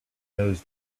knows